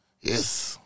Yes